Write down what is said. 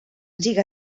ziga